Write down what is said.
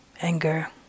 anger